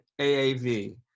AAV